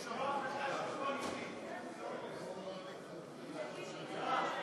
תוצאות הצבעה: בעד,